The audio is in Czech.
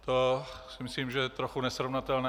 To si myslím, že je trochu nesrovnatelné.